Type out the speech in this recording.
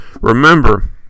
remember